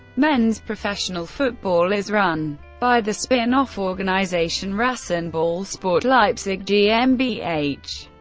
men's professional football is run by the spin-off organization rasenballsport leipzig gmbh.